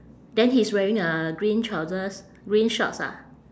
then he's wearing a green trousers green shorts ah